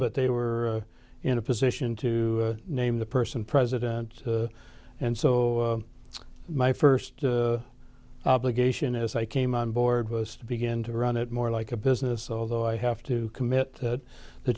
but they were in a position to name the person president and so my first obligation as i came on board was to begin to run it more like a business although i have to commit the